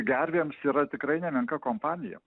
gervėms yra tikrai nemenka kompanija